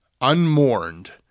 unmourned